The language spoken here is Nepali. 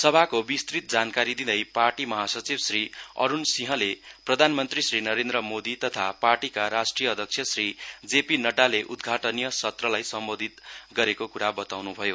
सभाको विस्तृत जानकारी दिँदै पार्टी महासचिव श्री अरूण सिंहले प्रधान मन्त्री श्री नरेन्द्र मोदी तथा पार्टीका राष्ट्रिय अध्यक्ष क्षी जेपी नड्डाले उद्घाटनीय सत्रलाई सम्बोधित गरेको बताउनु भयो